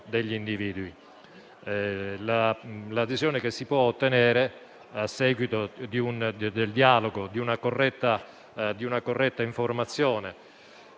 individui, che si può ottenere a seguito del dialogo e di una corretta informazione.